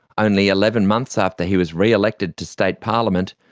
only eleven months after he was re-elected to state parliament,